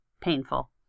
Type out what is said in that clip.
painful